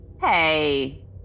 Hey